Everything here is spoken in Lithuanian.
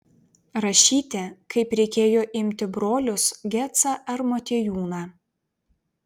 rašyti kaip reikėjo imti brolius gecą ar motiejūną